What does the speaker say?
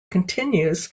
continues